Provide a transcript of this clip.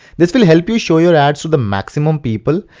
this will help you show your ads to the maximum people,